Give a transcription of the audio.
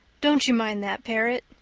don't you mind that parrot,